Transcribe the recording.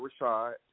Rashad